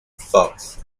fox